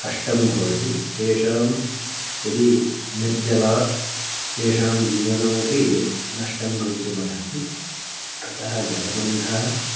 कष्टं भवति तेषां यदि निर्जलात् तेषां जीवनमपि नष्टं भवितुमर्हति अतः जलबन्धः